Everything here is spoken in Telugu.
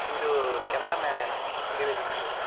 మీరు కెమెరా మ్యాన్యేనా ప్రీవెడ్డింగ్ షూట్